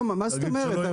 לא, מה זאת אומרת.